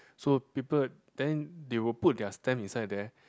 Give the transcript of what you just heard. so people then they will put their stamps inside there